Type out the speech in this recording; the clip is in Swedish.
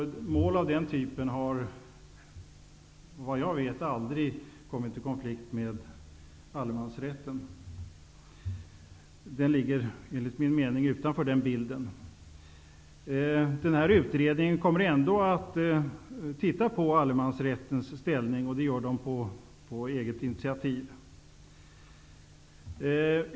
Mål av den typen har, såvitt jag vet, aldrig kommit i konflikt med allemansrätten. Den ligger utanför detta. Utredningen kommer ändå att studera allemansrättens ställning. Det gör den på vårt eget initiativ.